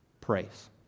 Praise